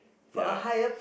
ya